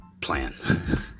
plan